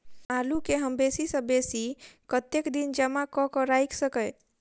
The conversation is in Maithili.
आलु केँ हम बेसी सऽ बेसी कतेक दिन जमा कऽ क राइख सकय